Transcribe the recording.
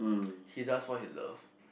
he does what he loves